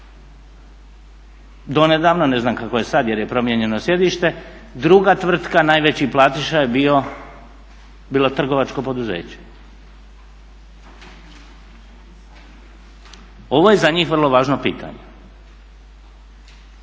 Donedavno, ne znam kako je sad jer je promijenjeno sjedište, druga tvrtka najveći platiša je bilo trgovačko poduzeće. Ovo je za njih vrlo važno pitanje.